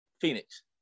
Phoenix